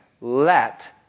let